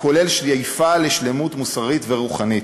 הכולל שאיפה לשלמות מוסרית ורוחנית.